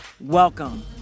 Welcome